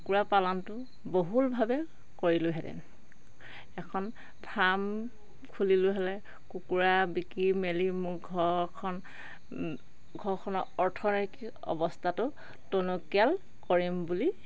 কুকুৰা পালনটো বহুলভাৱে কৰিলোহেঁতেন এখন ফাৰ্ম খুলিলো হ'লে কুকুৰা বিকি মেলি মোৰ ঘৰখন ঘৰখনৰ অৰ্থনৈতিক অৱস্থাটো টনকিয়াল কৰিম বুলি